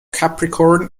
capricorn